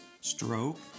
stroke